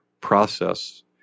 process